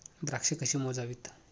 द्राक्षे कशी मोजावीत?